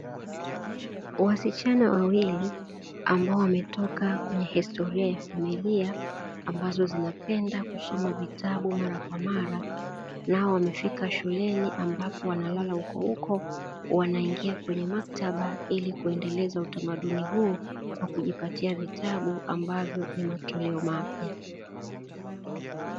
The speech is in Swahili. Wasichana wawili ambao wametoka kwenye historia ya familia ambazo zinapenda kusoma vitabu mara kwa mara, nao wamefika shuleni ambapo wanalala hukuhuko wanaingia kwenye maktaba ili kuendeleza utamaduni huo, na kujipatia vitabu ambavyo ni matoleo mapya.